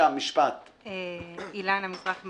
אני